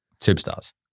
superstars